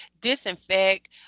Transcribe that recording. disinfect